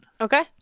Okay